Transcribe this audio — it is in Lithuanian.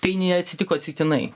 tai neatsitiko atsitiktinai